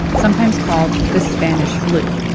sometimes called the spanish flu.